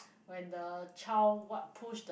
when the child what push the